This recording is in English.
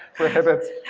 prohibits